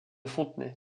fontenay